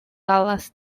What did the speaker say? dallas